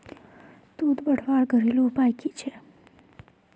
दूध बढ़वार घरेलू उपाय की छे?